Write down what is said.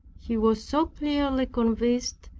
he was so clearly convinced,